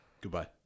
Goodbye